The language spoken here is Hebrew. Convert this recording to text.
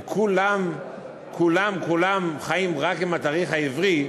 כולם כולם כולם חיים רק לפי התאריך העברי,